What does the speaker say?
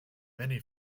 many